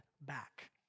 back